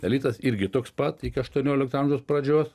elitas irgi toks pat iki aštuoniolikto amžiaus pradžios